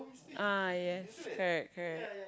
ah yes correct correct